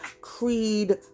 creed